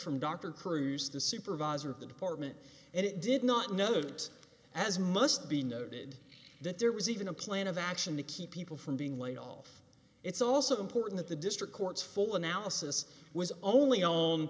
from dr crews the supervisor of the department and it did not know that as must be noted that there was even a plan of action to keep people from being laid off it's also important the district courts full analysis was only on